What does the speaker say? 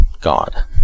God